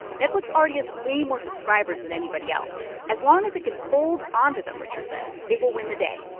netflix already has way more subscribers than anybody else. as long as it can hold on to them, richard says, it will win the day.